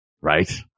right